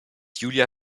julia